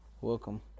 Welcome